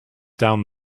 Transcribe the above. down